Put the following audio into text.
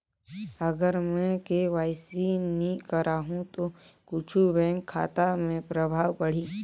अगर मे के.वाई.सी नी कराहू तो कुछ बैंक खाता मे प्रभाव पढ़ी?